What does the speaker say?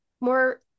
more